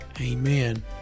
Amen